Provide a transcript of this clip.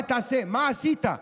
מה תעשה, מה עשית?